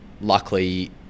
luckily